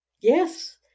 yes